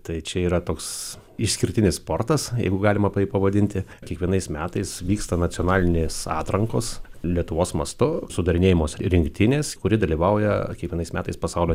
tai čia yra toks išskirtinis sportas jeigu galima taip pavadinti kiekvienais metais vyksta nacionalinės atrankos lietuvos mastu sudarinėjamos rinktinės kuri dalyvauja kiekvienais metais pasaulio